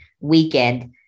weekend